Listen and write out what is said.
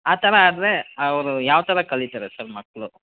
ಆ ಥರ ಆದರೆ ಅವರು ಯಾವ ಥರ ಕಲಿತಾರೆ ಸರ್ ಮಕ್ಕಳು